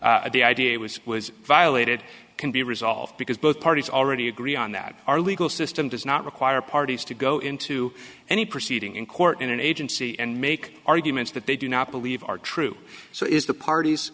the idea was was violated can be resolved because both parties already agree on that our legal system does not require parties to go into any proceeding in court in an agency and make arguments that they do not believe are true so is the part